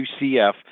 UCF